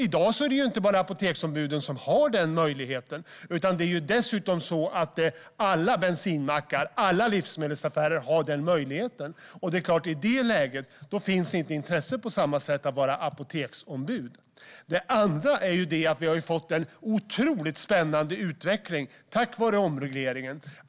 I dag är det inte bara apoteksombuden som har den möjligheten - alla bensinmackar och livsmedelsaffärer har det också. I det läget är det klart att det inte finns samma intresse för att vara apoteksombud. Dessutom har vi fått en otroligt spännande utveckling tack vare omregleringen.